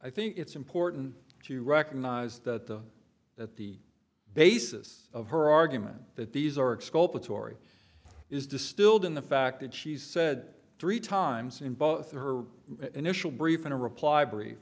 i think it's important to recognize that the that the basis of her argument that these oryx call for torrie is distilled in the fact that she said three times in both her initial brief in a reply brief